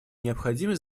необходимы